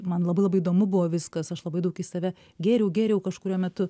man labai labai įdomu buvo viskas aš labai daug į save gėriau gėriau kažkuriuo metu